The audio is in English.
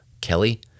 Kelly